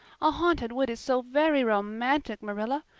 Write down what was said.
a haunted wood is so very romantic, marilla.